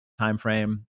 timeframe